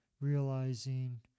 realizing